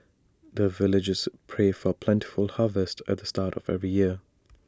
the villagers pray for plentiful harvest at the start of every year